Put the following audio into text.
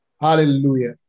Hallelujah